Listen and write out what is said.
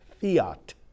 fiat